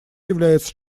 является